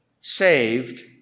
saved